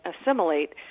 assimilate